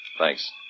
Thanks